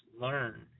learn